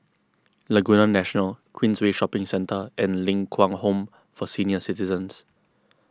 Laguna National Queensway Shopping Centre and Ling Kwang Home for Senior Citizens